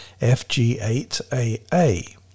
FG8AA